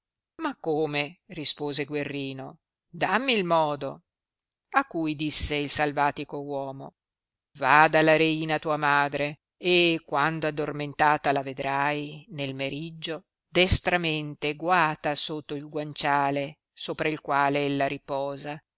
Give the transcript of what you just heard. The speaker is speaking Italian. ma come rispose guerrino dammi il modo a cui disse il salvatico uomo va dalla reina tua madre e quando addormentata la vederai nel meriggio destramente guata sotto il guanciale sopra il quale ella riposa